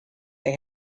they